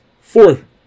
four